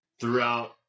throughout